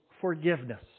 forgiveness